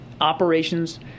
operations